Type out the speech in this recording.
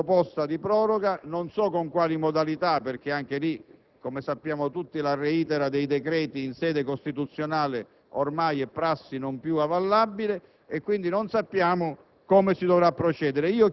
ad un'altra proposta di proroga e non so con quali modalità, perché - come tutti sappiamo - la reitera dei decreti in sede costituzionale è oramai prassi non più avallabile. Quindi non sappiamo